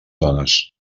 dones